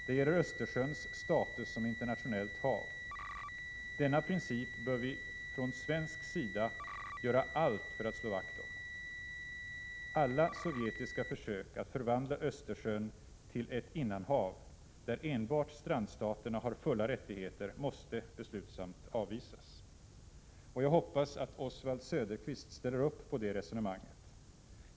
Det gäller Östersjöns status som internationellt hav. Denna princip bör vi från svensk sida göra allt för att slå vakt om. Alla sovjetiska försök att förvandla Östersjön till ett innanhav där enbart strandstaterna har fulla rättigheter måste beslutsamt avvisas. Jag hoppas att Oswald Söderqvist ställer upp för det resonemanget.